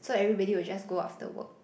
so everybody will just go after work